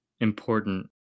important